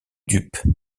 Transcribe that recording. dupe